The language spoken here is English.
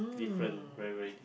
different very very